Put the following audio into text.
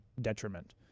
detriment